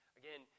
again